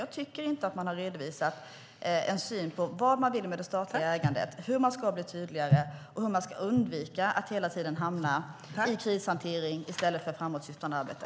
Jag tycker inte att man har redovisat vad man vill med det statliga ägandet, hur man ska bli tydligare och hur man ska undvika att hela tiden hamna i krishantering i stället för att bedriva ett framåtsyftande arbete.